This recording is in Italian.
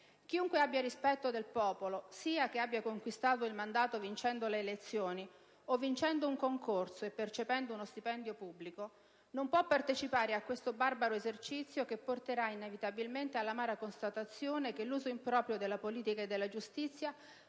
Chiunque abbia rispetto del popolo (sia che abbia conquistato il mandato vincendo le elezioni o vincendo un concorso e percependo uno stipendio pubblico) non può partecipare a questo barbaro esercizio che porterà inevitabilmente all'amara constatazione che l'uso improprio della politica e della giustizia